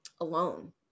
alone